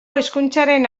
hizkuntzaren